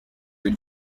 were